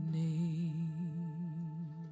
name